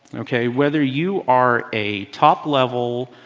ok, whether you are a top level,